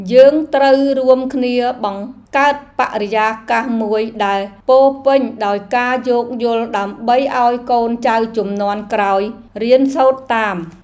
យើងត្រូវរួមគ្នាបង្កើតបរិយាកាសមួយដែលពោរពេញដោយការយោគយល់ដើម្បីឱ្យកូនចៅជំនាន់ក្រោយរៀនសូត្រតាម។